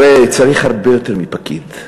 ראה, צריך הרבה יותר מפקיד.